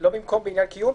ולא "בעניין קיום",